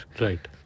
Right